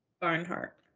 Barnhart